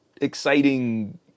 exciting